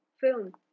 Film